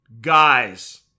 Guys